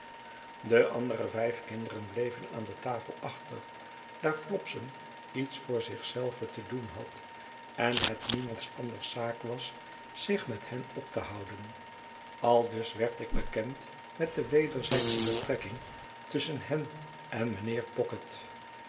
de andere vijf kinderen bleven aan de tafel achter daar flopson iets voor zich zelve te doen had en het niemands anders zaak was zich met hen op te houden aldus werd ik bekend met de wederzijdsche betrekking tusschen hen en mijnheer pocket